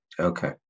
Okay